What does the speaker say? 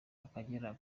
akagera